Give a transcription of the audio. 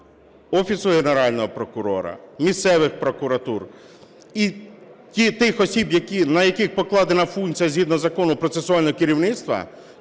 Офісу Генерального прокурора, місцевих прокуратур і тих осіб, на яких покладена функція згідно закону, – процесуального керівництва,